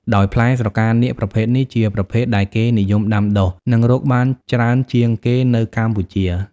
ដោយ ផ្លែស្រកានាគប្រភេទនេះជាប្រភេទដែលគេនិយមដាំដុះ និងរកបានច្រើនជាងគេនៅកម្ពុជា។